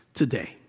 today